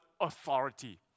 authority